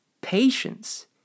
patience